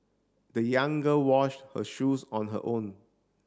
the young girl washed her shoes on her own